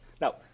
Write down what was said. now